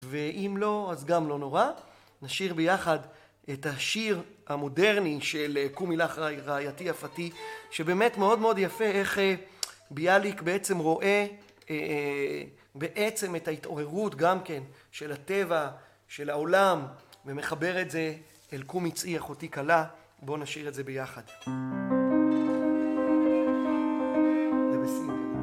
ואם לא, אז גם לא נורא. נשיר ביחד את השיר המודרני של "קומי לך רעייתי יפתי", שבאמת, מאוד מאוד יפה איך ביאליק בעצם רואה... בעצם את ההתעוררות גם כן של הטבע, של העולם, ומחבר את זה אל "קומי צאי אחותי כלה". בואו נשיר את זה ביחד